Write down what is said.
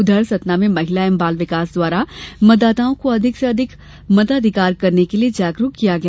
उधर सतना में महिला एवं बाल विकास द्वारा मतदाताओं को अधिक से अधिक मताधिकार करने के लिये जागरूक किया गया